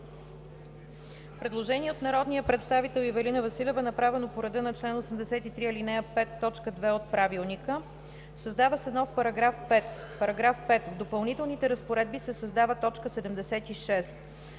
Предложение от народния представител Ивелина Василева направено по реда на чл. 83, ал. 5, т. 2 от Правилника: „Създава се нов §5: „§ 5. В допълнителните разпоредби се създава т.